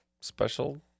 special